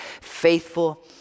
faithful